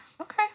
Okay